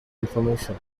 information